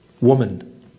woman